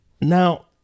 Now